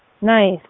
Nice